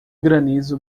granizo